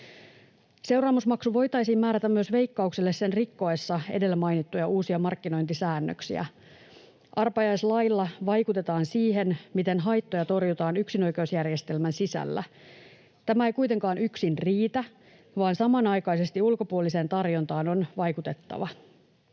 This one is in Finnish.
Seuraamusmaksu voitaisiin määrätä myös Veikkaukselle sen rikkoessa edellä mainittuja uusia markkinointisäännöksiä. Arpajaislailla vaikutetaan siihen, miten haittoja torjutaan yksinoikeusjärjestelmän sisällä. Tämä ei kuitenkaan yksin riitä, vaan samanaikaisesti on vaikutettava